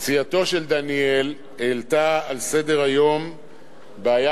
פציעתו של דניאל העלתה על סדר-היום בעיה